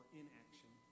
inaction